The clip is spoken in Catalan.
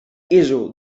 iso